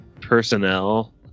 personnel